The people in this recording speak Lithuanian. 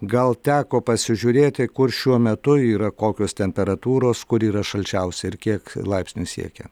gal teko pasižiūrėti kur šiuo metu yra kokios temperatūros kuri yra šalčiausia ir kiek laipsnių siekia